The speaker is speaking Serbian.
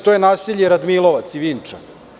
To su naselja Radmilovac i Vinča.